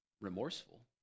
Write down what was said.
remorseful